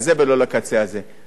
האמת היא תמיד איפשהו באמצע.